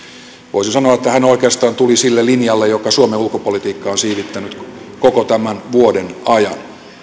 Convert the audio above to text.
voisi sanoa että hän oikeastaan tuli sille linjalle joka suomen ulkopolitiikkaa on siivittänyt koko tämän vuoden ajan